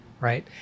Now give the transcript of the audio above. right